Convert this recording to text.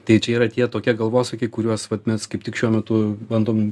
tai čia yra tie tokie galvosūkiai kuriuos vat mes kaip tik šiuo metu bandom